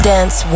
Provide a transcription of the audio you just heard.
Dance